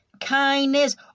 kindness